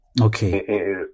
Okay